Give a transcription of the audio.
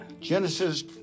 Genesis